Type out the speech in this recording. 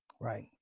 Right